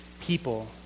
people